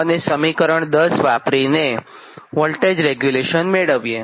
હવે આ સમીકરણ 6 અને આ સમીકરણ 10 વાપરીને વોલ્ટેજ રેગ્યુલેશન મેળવીએ